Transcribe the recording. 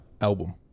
album